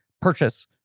purchase